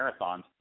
marathons